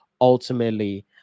ultimately